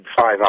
five